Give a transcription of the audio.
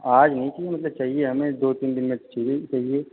आज नहीं चाहिए मतलब चाहिए हमें दो तीन दिन में चाहिए ही चाहिए